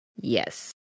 Yes